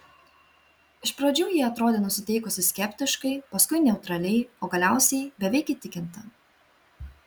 iš pradžių ji atrodė nusiteikusi skeptiškai paskui neutraliai o galiausiai beveik įtikinta